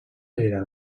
era